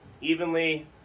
evenly